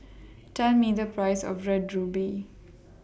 Tell Me The Price of Red Ruby